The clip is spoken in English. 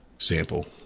sample